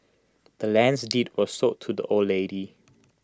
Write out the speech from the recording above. the land's deed was sold to the old lady